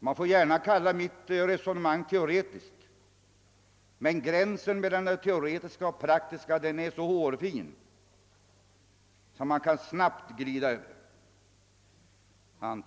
Man får gärna kalla mitt resonemang teoretiskt, men gränsen mellan det teoretiska och praktiska är så hårfin att man snabbt kan glida över den.